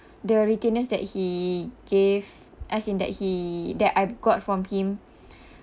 the readiness that he gave as in that he that I got from him